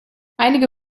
einige